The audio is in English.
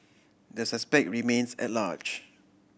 the suspect remains at large